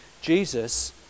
Jesus